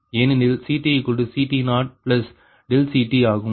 ஏனெனில் CTCT0CTஆகும்